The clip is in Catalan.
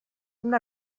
una